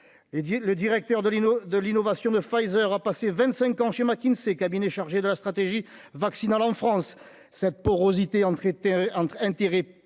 de Lino, de l'innovation de Pfizer a passé 25 ans chez McKinsey, cabinet chargé de la stratégie vaccinale en France cette porosité entre entre